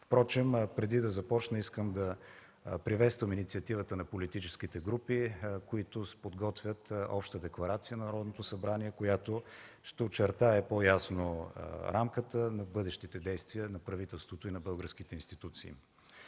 политика. Преди да започна, искам да приветствам инициативата на политическите групи, които подготвят обща декларация на Народното събрание, която ще очертае по-ясно рамката на бъдещите действия на правителството и на българските институции.